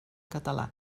català